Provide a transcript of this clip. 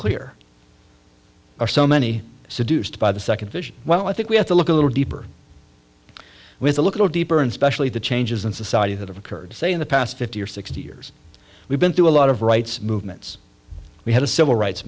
clear are so many seduced by the second vision well i think we have to look a little deeper with a look at deeper and specially the changes in society that have occurred say in the past fifty or sixty years we've been through a lot of rights movements we had a civil rights